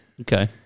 Okay